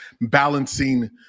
balancing